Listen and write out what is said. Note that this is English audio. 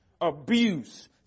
abuse